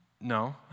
No